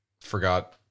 forgot